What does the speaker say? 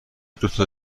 دوتا